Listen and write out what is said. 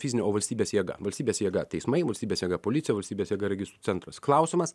fizine o valstybės jėga valstybės jėga teismai valstybės jėga policija valstybės jėga registrų centras klausimas